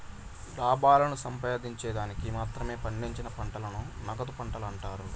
లాభాలను సంపాదిన్చేకి మాత్రమే పండించిన పంటలను నగదు పంటలు అంటారు